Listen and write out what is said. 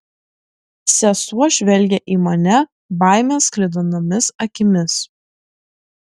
sesuo žvelgė į mane baimės sklidinomis akimis